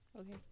Okay